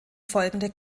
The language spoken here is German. folgende